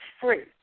free